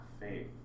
faith